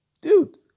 Dude